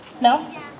No